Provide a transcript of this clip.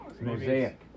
Mosaic